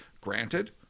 Granted